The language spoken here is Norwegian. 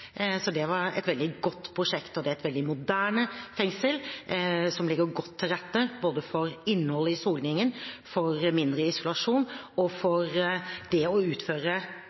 så det var et veldig godt prosjekt. Det er et veldig moderne fengsel som legger godt til rette både for innhold i soningen, for mindre isolasjon og for det å utføre